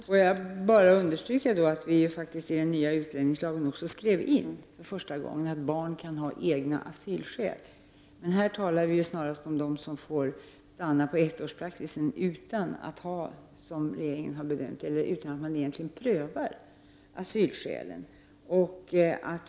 Herr talman! Får jag bara understryka att vi faktiskt i den nya utlänningslagen också skrivit in för första gången att barn kan ha egna asylskäl. Men här talar vi snarast om att de skall få stanna enligt ettårspraxisen utan att man egentligen har prövat asylskälen.